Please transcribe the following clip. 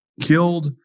killed